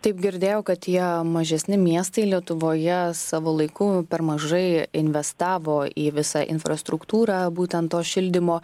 taip girdėjau kad tie mažesni miestai lietuvoje savo laiku per mažai investavo į visą infrastruktūrą būtent to šildymo